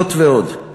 זאת ועוד,